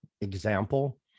example